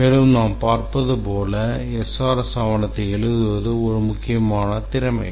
மேலும் நாம் பார்ப்பது போல் SRS ஆவணத்தை எழுதுவது ஒரு முக்கியமான திறமை